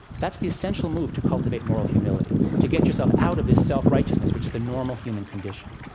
that's the essential move to cultivate moral humility, to get yourself out of this self-righteousness, which is the normal human condition.